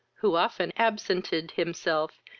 who often absented himself,